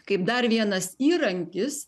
kaip dar vienas įrankis